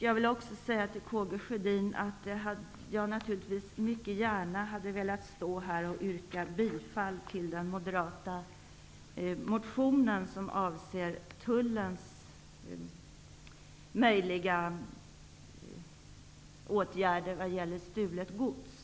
Jag vill också säga att jag naturligtvis mycket gärna hade velat stå här och yrka bifall till den moderata motion som avser Tullens möjliga åtgärder vad gäller stulet gods.